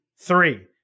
three